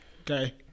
Okay